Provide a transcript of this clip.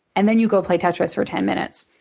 and then you go play tetris for ten minutes.